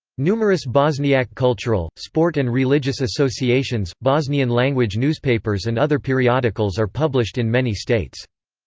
numerous bosniak cultural, sport and religious associations, bosnian-language newspapers and other periodicals are published in many states.